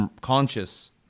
conscious